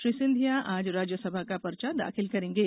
श्री सिंधिया आज राज्यसभा का पर्चा दाखिल करेंगे